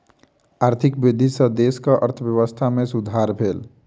आर्थिक वृद्धि सॅ देशक अर्थव्यवस्था में सुधार भेल